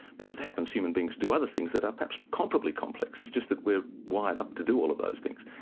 but as it happens human beings do other things that are perhaps comparably complex, it's just that we're wired up to do all of those things.